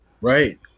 Right